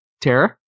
Tara